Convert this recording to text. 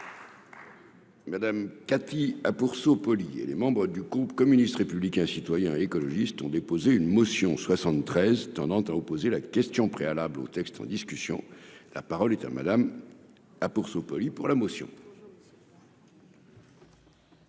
Madame Cathy ah pour et les membres du groupe communiste, républicain, citoyen et écologiste ont déposé une motion 73 tendant à opposer la question préalable au texte en discussion, la parole est à madame ah pour ce pays pour la motion.